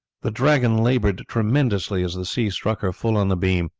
the dragon laboured tremendously as the sea struck her full on the beam,